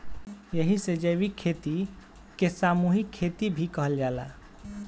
एही से जैविक खेती के सामूहिक खेती भी कहल जाला